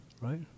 right